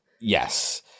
Yes